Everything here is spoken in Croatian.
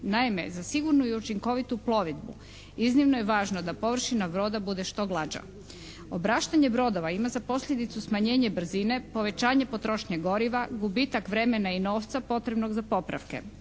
Naime, za sigurnu i učinkovitu plovidbu iznimno je važno da površina broda bude što glađa. Obraštanje brodova ima za posljedicu smanjenje brzine, povećanje potrošnje goriva, gubitak vremena i novca potrebnog za popravke.